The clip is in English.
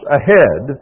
ahead